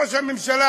ראש הממשלה,